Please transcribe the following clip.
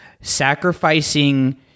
sacrificing